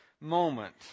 moment